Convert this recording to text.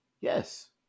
Yes